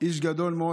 איש גדול מאוד.